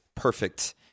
perfect